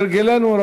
כהרגלנו,